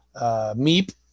meep